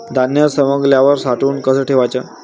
धान्य सवंगल्यावर साठवून कस ठेवाच?